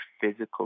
physical